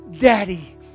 Daddy